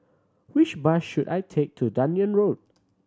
which bus should I take to Dunearn Road